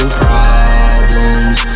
problems